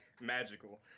Magical